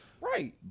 right